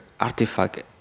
artifact